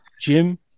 Jim